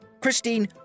Christine